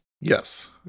yes